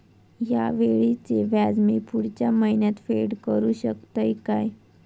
हया वेळीचे व्याज मी पुढच्या महिन्यात फेड करू शकतय काय?